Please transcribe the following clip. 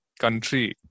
country